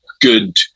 good